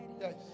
yes